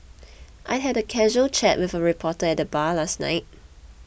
I had a casual chat with a reporter at the bar last night